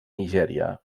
nigèria